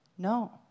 No